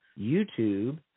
YouTube